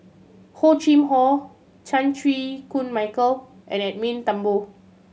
Hor Chim Or Chan Chew Koon Michael and Edwin Thumboo